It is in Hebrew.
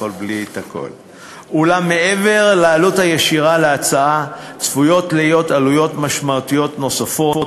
אולם מעבר לעלות הישירה להצעה צפויות להיות עלויות ניכרות נוספות,